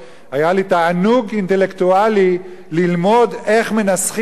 היה לי תענוג אינטלקטואלי ללמוד איך מנסחים ב"קול